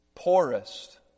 poorest